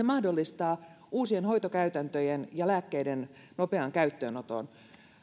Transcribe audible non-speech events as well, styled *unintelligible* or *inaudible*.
*unintelligible* mahdollistaa uusien hoitokäytäntöjen ja lääkkeiden nopean käyttöönoton